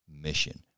mission